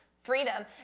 freedom